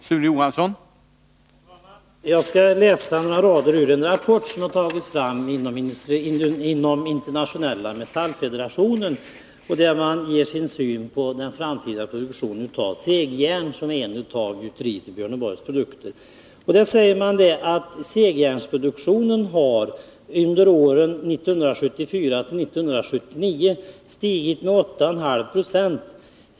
Herr talman! Jag skall läsa några rader ur en rapport som har tagits fram inom Internationella metallfederationen, där man bl.a. ger sin syn på den framtida produktionen av segjärn, som är en av gjuteriets i Björneborg produkter. Man säger att segjärnsproduktionen under åren 1974-1979 har stigit med 8,5 20.